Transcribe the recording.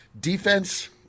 defense